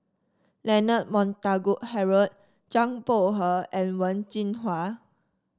Leonard Montague Harrod Zhang Bohe and Wen Jinhua